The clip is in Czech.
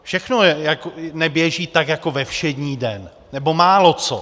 Všechno neběží tak jako ve všední den, nebo máloco.